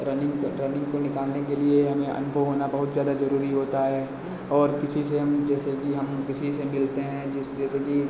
running क running को निकालने के लिए हमें अनुभव होना बहुत ज़्यादा ज़रूरी होता है और किसी से हम जैसे कि हम किसी से मिलते हैं जैसे कि